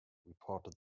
reported